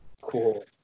Cool